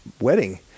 wedding